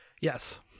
Yes